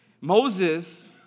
Moses